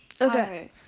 Okay